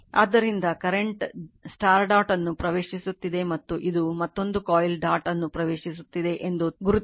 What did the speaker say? ಆದ್ದರಿಂದ current dot ಅನ್ನು ಪ್ರವೇಶಿಸುತ್ತಿದೆ ಮತ್ತು ಇದು ಮತ್ತೊಂದು ಕಾಯಿಲ್ ಡಾಟ್ ಅನ್ನು ಪ್ರವೇಶಿಸುತ್ತಿದೆ ಎಂದು ಗುರುತಿಸಲಾಗಿದೆ